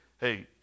hey